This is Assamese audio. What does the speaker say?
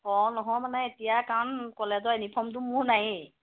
অঁ নহয় মানে এতিয়া কাৰণ কলেজৰ ইউনিফৰ্মটো মোৰ নায়েই